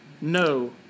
No